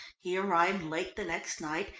he arrived late the next night,